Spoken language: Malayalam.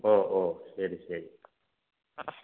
ഓ ഓ ശരി ശരി